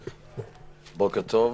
בוקר טוב,